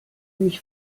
mich